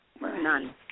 None